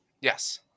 yes